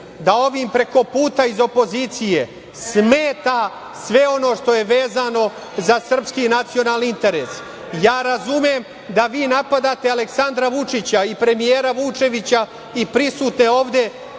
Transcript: da ovim prekoputa iz opozicije smeta sve ono što je vezano za srpski nacionalni interes. Ja razumem da vi napadate Aleksandra Vučića i premijera Vučevića i prisutne ovde